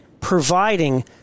providing